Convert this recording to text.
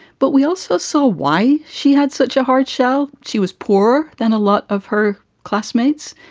but we also saw why she had such a hard shell. she was poorer than a lot of her classmates.